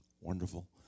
wonderful